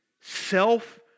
self